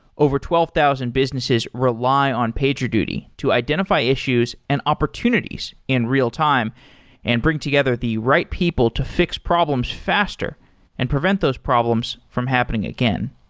over twelve thousand businesses rely on pagerduty to identify issues and opportunities in real time and bring together the right people to fix problems faster and prevent those problems from happening again.